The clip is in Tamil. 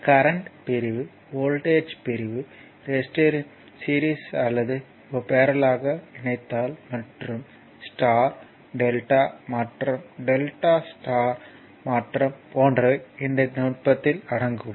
கரண்ட் பிரிவு வோல்ட்டேஜ் பிரிவு ரெஸிஸ்டர்களின் சீரிஸ் அல்லது பரல்லேலாக இணைத்தல் மற்றும் ஸ்டார் டெல்டா மாற்றம் டெல்டா ஸ்டார் மாற்றம் போன்றவை இந்த நுட்பத்தில் அடங்கும்